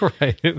right